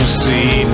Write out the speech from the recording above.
see